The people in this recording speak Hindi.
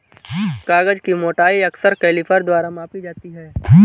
कागज की मोटाई अक्सर कैलीपर द्वारा मापी जाती है